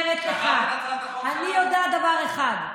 לכן אני אומרת לך: אני יודעת דבר אחד,